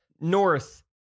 North